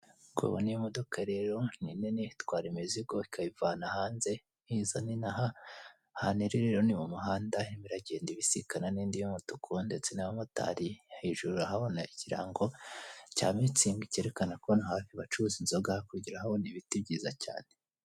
Ngo ubu niyo modoka rero ni nini itwara imizigo ikayivana hanze iyizana inaha, ahantu iri rero ni mu muhanda irimo iragenda ibisikana n'indi y'umutuku ndetse n'abamotari hejuru urahabona ikirango cya mitsingi cyerekana ko hano hafi bacuruza inzoga hirya urahabona ibiti byiza cyane.